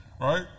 Right